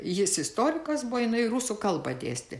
jis istorikas buvo jinai rusų kalbą dėstė